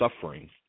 suffering